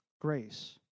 grace